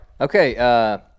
Okay